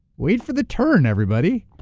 wait for the turn everybody.